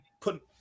put